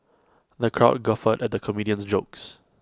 the crowd guffawed at the comedian's jokes